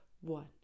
one